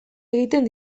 egiten